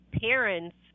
parents